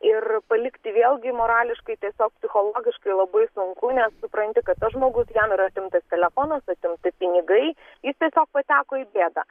ir palikti vėlgi morališkai tiesiog psichologiškai labai sunku nes supranti kad tas žmogus jam yra atimtas telefonas atimti pinigai jis tiesiog pateko į bėdą